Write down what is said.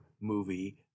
movie